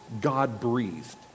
God-breathed